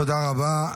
תודה רבה.